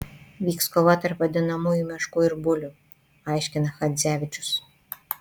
vyks kova tarp vadinamųjų meškų ir bulių aiškina chadzevičius